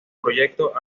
proyectos